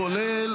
כולל